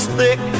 thick